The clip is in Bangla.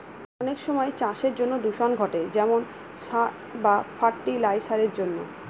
অনেক সময় চাষের জন্য দূষণ ঘটে যেমন সার বা ফার্টি লাইসারের জন্য